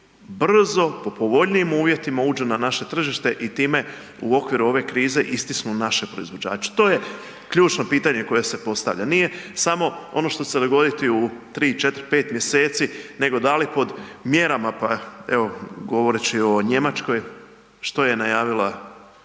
brzo po povoljnijim uvjetima uđu na naše tržište i time u okviru ove krize istisnu naše proizvođače? To je ključno pitanje koje se postavlja, nije samo ono što će se dogoditi u 3,4,5 mjeseci nego da li pod mjerama evo govoreći o Njemačkoj što je najavila